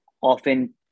often